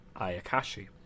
Ayakashi